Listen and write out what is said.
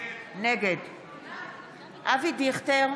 נגד אבי דיכטר,